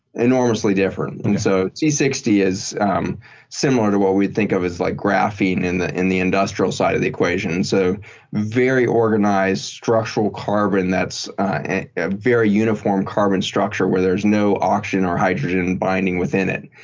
enormously different. so t six zero is um similar to what we think of as like graphene in the in the industrial side of the equation. so very organized structural carbon that's very uniform carbon structure where there's no oxygen or hydrogen binding within it.